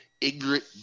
ignorant